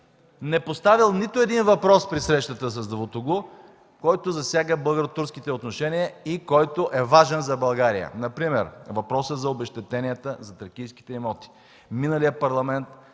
е поставил нито един въпрос при срещата с Давутоглу, който засяга българо-турските отношения и който е важен за България, например въпроса за обезщетенията за тракийските имоти. В миналия парламент